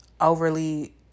overly